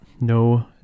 No